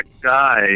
guy